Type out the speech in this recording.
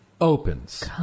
opens